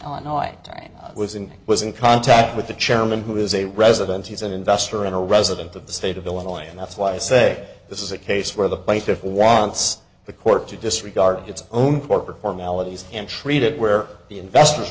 know i was in was in contact with the chairman who is a resident he's an investor in a resident of the state of illinois and that's why i say this is a case where the plaintiff wants the court to disregard its own corporate formalities and treat it where the investors